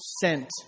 sent